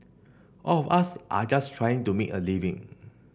all of us are just trying to make a living